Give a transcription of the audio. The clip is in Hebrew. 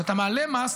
כשאתה מעלה מס,